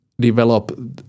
develop